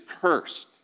cursed